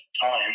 time